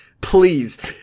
please